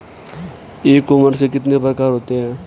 ई commerce के कितने प्रकार होते हैं?